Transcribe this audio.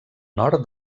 nord